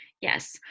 Yes